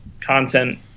content